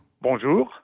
Bonjour